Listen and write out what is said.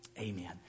Amen